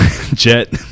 jet